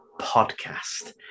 Podcast